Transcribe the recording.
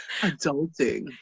adulting